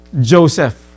Joseph